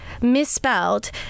misspelled